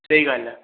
ਸਹੀ ਗੱਲ ਆ